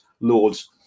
Lords